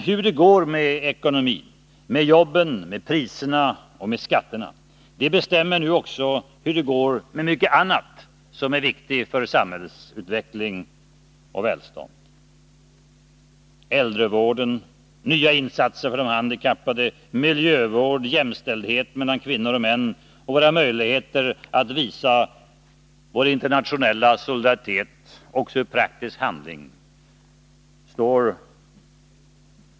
Hur det går med ekonomin, med jobben, priserna och skatterna bestämmer nu också hur det går med mycket annat som är viktigt för samhällsutveckling och välstånd; äldrevård, nya insatser för handikappade, miljövård, jämställdhet mellan kvinnor och män samt våra möjligheter att visa internationell solidaritet också i praktisk handling.